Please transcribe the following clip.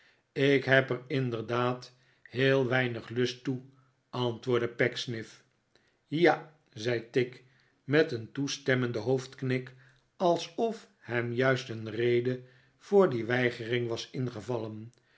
ik heb er inderdaad heel weinig lust toe antwoordde pecksniff ja zei tigg met een toestemmenden hoofdknik alsof hem juist een reden voor die weigering was ingevallen